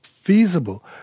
feasible